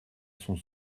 son